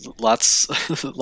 lots